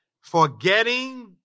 forgetting